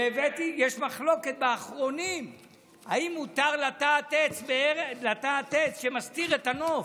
יש מחלוקת באחרונים אם מותר לטעת עץ שמסתיר את הנוף.